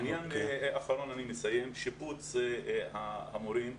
העניין האחרון הוא שיבוץ המורים.